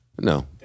No